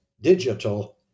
digital